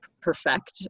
perfect